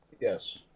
Yes